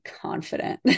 confident